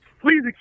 please